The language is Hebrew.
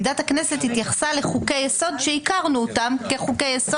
עמדת הכנסת התייחסה לחוקי יסוד שהכרנו אותם כחוקי יסוד